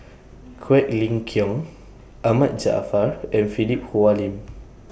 Quek Ling Kiong Ahmad Jaafar and Philip Hoalim